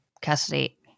custody